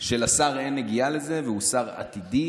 כשלשר אין נגיעה לזה, והוא שר עתידי,